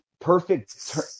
perfect